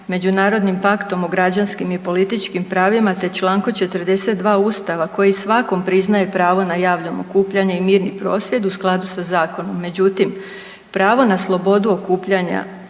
Međunarodnim paktom o građanskim i političkim pravima, te člankom 42. Ustava koji svakom priznaje pravo na javno okupljanje i mirni prosvjed u skladu sa zakonom. Međutim, pravo na slobodu okupljanja